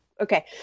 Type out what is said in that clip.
Okay